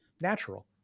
natural